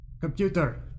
Computer